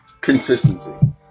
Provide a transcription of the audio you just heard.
Consistency